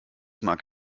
mag